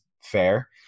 fair